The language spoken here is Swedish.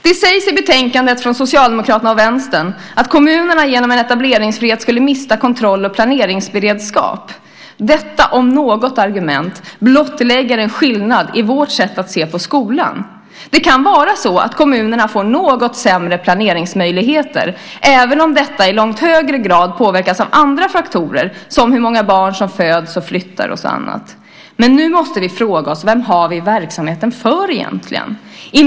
Från Socialdemokraterna och Vänstern sägs det i betänkandet att kommunerna genom en etableringsfrihet skulle missa kontrollen och planeringsberedskapen. Detta argument, om något, blottlägger en skillnad i vårt sätt att se på skolan. Det kan vara så att kommunerna får något sämre planeringsmöjligheter, även om det i långt högre grad påverkas av andra faktorer som till exempel hur många barn som föds och flyttar. Nu måste vi fråga oss vem vi egentligen har verksamheten för.